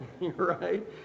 right